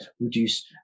reduce